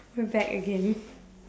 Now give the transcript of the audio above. we're back again